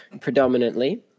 predominantly